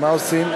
מה עושים?